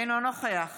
אינו נוכח